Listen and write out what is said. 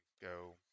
go